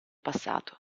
passato